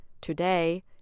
today